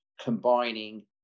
combining